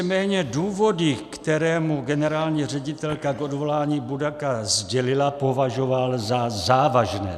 Nicméně důvody, které mu generální ředitelka k odvolání Budaka sdělila, považoval za závažné.